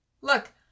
Look